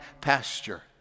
pasture